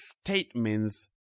statements